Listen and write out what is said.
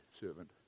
servant